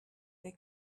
they